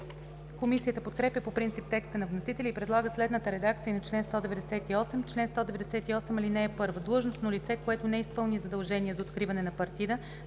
Комисията подкрепя по принцип текста на вносителя и предлага следната редакция на чл. 198: „Чл. 198. (1) Длъжностно лице, което не изпълни задължение за откриване на партида,